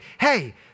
Hey